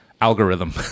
algorithm